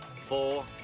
four